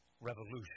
revolution